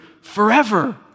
forever